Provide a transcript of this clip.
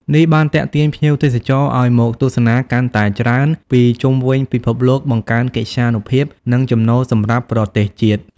នេះបានទាក់ទាញភ្ញៀវទេសចរឲ្យមកទស្សនាកាន់តែច្រើនពីជុំវិញពិភពលោក បង្កើនកិត្យានុភាព និងចំណូលសម្រាប់ប្រទេសជាតិ។